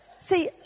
See